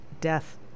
death